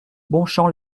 bonchamp